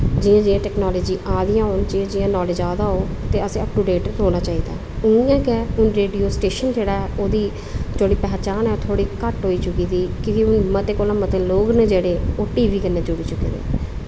जि'यां जि'यां टैक्नालज़ी आ दी जि'यां जि'यां नालेज जादा होग असैं अपटू डेट होना चाहिदा उ'आं गै रेडियो स्टेशन जेह्ड़ा ऐ ओह्दी जेह्ड़ी पंछान ऐ थोह्ड़ी घट्ट होई चुकी दी क्योंकि मते कोला मते लोग गै न जेह्ड़े ओह् टी वी कन्नै जुड़ी चुके दे न